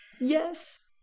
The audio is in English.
Yes